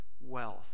wealth